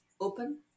open